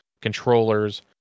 controllers